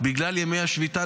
בגלל ימי השביתה,